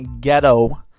Ghetto